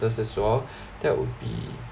this as well that would be